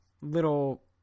little